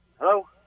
Hello